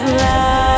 love